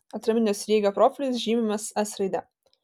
atraminio sriegio profilis žymimas s raide